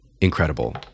incredible